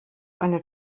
eine